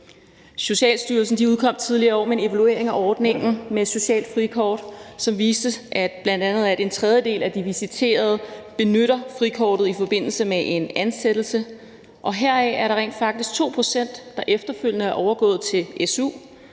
Socialstyrelsen udkom tidligere i år med en evaluering af ordningen med et socialt frikort, som bl.a. viste, at en tredjedel af de visiterede benytter frikortet i forbindelse med en ansættelse, og heraf er der rent faktisk 2 pct., der efterfølgende er overgået til su,